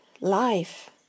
life